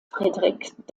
fredrik